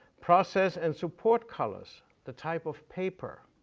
process and support colors, the type of paper,